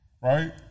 right